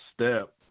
step